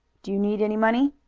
do you need any money?